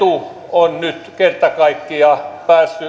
on nyt kerta kaikkiaan päässyt unohtumaan